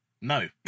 No